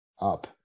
up